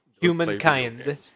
humankind